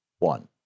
One